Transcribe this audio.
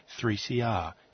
3CR